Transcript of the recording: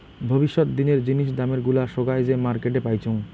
ভবিষ্যত দিনের জিনিস দামের গুলা সোগায় যে মার্কেটে পাইচুঙ